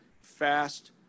fast